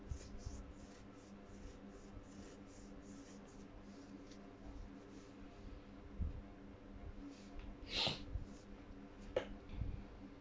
she